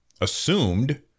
assumed